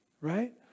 right